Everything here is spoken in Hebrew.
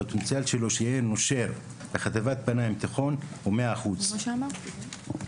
הפוטנציאל שלהם להפוך לנושרים בחטיבה או בתיכון הוא 100%. משרד